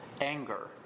anger